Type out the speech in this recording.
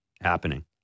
happening